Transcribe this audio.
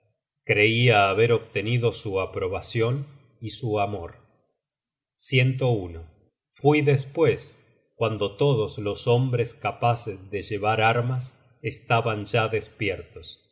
creia haber obtenido su aprobacion y su amor fui despues cuando todos los hombres capaces de llevar armas estaban ya despiertos